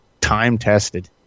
time-tested